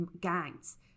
gangs